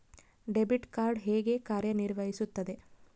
Debit card ಹೇಗೆ ಕಾರ್ಯನಿರ್ವಹಿಸುತ್ತದೆ?